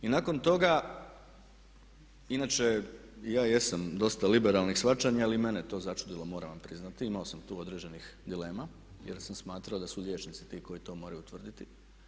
I nakon toga inače ja jesam dosta liberalnih shvaćanja, ali i mene je to začudilo moram vam priznati, imamo sam tu određenih dilema jer sam smatrao da su liječnici ti koji to moraju utvrditi.